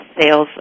sales